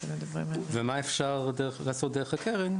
ומה אפשר לעשות דרך הקרן,